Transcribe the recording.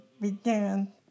Began